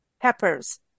peppers